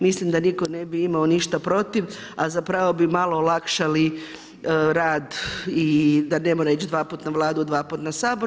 Mislim da nitko ne bi imao ništa protiv, a zapravo bi malo olakšali rad i da ne mora ići dvaput na Vladu, dvaput na Sabor.